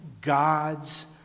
God's